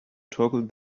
toggle